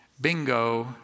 Bingo